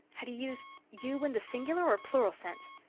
had he used you in the singular or plural sense?